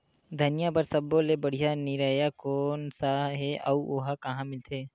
धनिया बर सब्बो ले बढ़िया निरैया कोन सा हे आऊ ओहा कहां मिलथे?